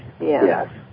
Yes